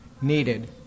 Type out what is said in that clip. needed